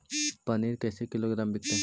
पनिर कैसे किलोग्राम विकतै?